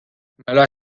mela